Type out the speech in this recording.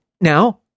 now